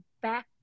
back